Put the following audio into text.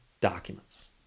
documents